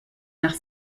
nach